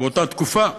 באותה תקופה,